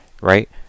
right